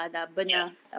ya